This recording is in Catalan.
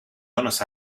zones